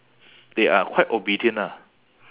they are quite obedient ah